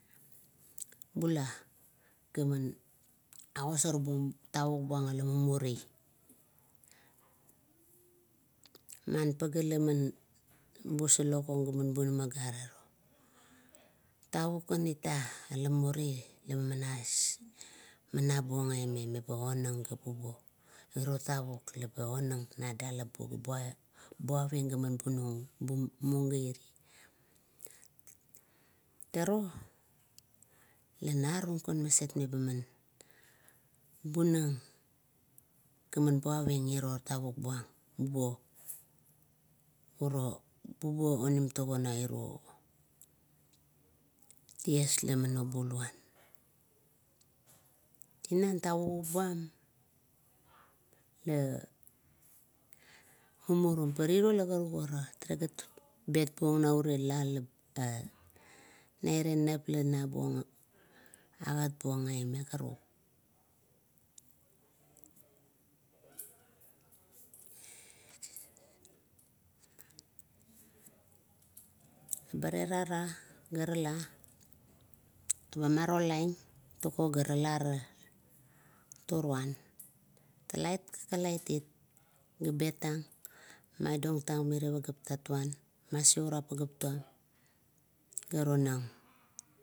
Bula, gaman agosor bung tavuk buang ila mumuri. Non pagea laman busologong gaman bunama agarit, tavuk kan ita ila mumuri meba nabuong aime meba onang ga bubo. Iro tavuk laba onang da dalap buo laba buaving gaman bumung it, turuo la narung kan maset meba man bunang gaman buaving uro tavuk buang, bubuo uro, buo nairo ties laman obuluan. Tinan tavukup buam le mumurum, patiro la karukara, bet buong naurela la o nap la agatbuong aime karuk. Ba terara ga rala, ga marolang togaralara toruan, kakait, kakalaitit ba betang, maigong tang miro pageap tuam ga tonang.